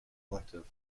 collective